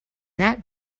not